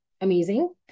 Amazing